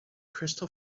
crystal